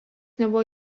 nebuvo